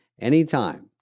anytime